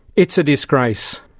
it's a disgrace!